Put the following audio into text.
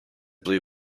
blue